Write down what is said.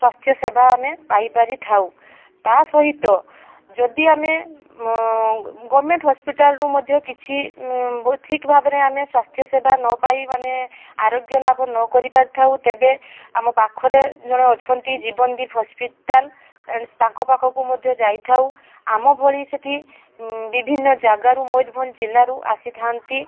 ସ୍ୱାସ୍ଥ୍ୟସେବା ଆମେ ପାଇ ପାରିଥାଉ ତା ସହିତ ଯଦି ଆମେ ଗଭର୍ଣ୍ଣମେଣ୍ଟ ହସ୍ପିଟାଲ୍ରୁ ମଧ୍ୟ କିଛି ଠିକ୍ ଭାବରେ ଆମେ ସ୍ୱାସ୍ଥ୍ୟସେବା ନପାଇ ମାନେ ଆରୋଗ୍ୟ ଲାଭ ନକରି ପାରିଥାଉ ତେବେ ଆମ ପାଖରେ ଜଣେ ଅଛନ୍ତି ଜୀବନଦୀପ୍ ହସ୍ପିଟାଲ୍ ତାଙ୍କ ପାଖକୁ ମଧ୍ୟ ଯାଇଥାଉ ଆମଭଳି ସେଇଠି ବିଭିନ୍ନ ଜାଗାରୁ ମୟୂରଭଞ୍ଜ ଜିଲ୍ଲାରୁ ଆସିଥାଆନ୍ତି